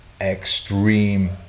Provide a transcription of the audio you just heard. extreme